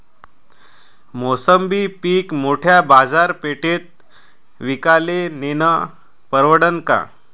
मोसंबी पीक मोठ्या बाजारपेठेत विकाले नेनं परवडन का?